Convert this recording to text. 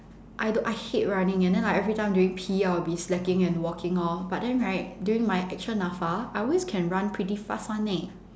I don't I hate running and then like everytime during P_E I will be slacking and walking lor but then right during my actual NAPFA I always can run pretty fast [one] leh